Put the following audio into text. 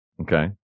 Okay